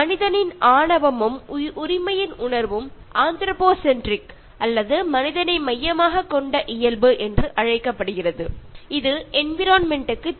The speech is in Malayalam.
മനുഷ്യന്റെ അഹങ്കാരവും സ്വാർത്ഥതയും അതായത് ആന്ത്രോപോസെന്ററിക് അഥവാ മനുഷ്യ കേന്ദ്രീകൃത സ്വഭാവം വലിയ രീതിയിൽ പ്രകൃതിയെ ദോഷകരമായി ബാധിച്ചിട്ടുണ്ട്